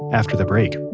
after the break